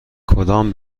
کدام